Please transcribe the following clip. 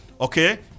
okay